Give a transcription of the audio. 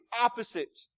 opposite